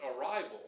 arrival